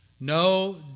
No